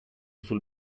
sul